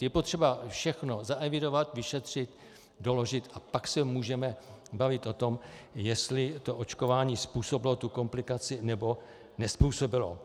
Je potřeba všechno zaevidovat, vyšetřit, doložit, a pak se můžeme bavit o tom, jestli očkování způsobilo komplikaci, nebo nezpůsobilo.